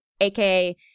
aka